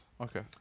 Okay